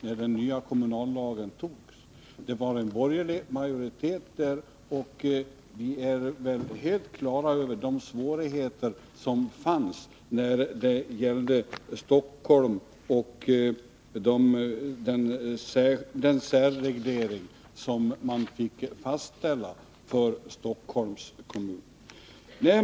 Karl Boo var då ordförande, och utskottet hade borgerlig majoritet. Vi är väl helt på det klara med de svårigheter som fanns beträffande den särreglering som man fick fastställa för Stockholms kommun.